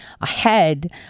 ahead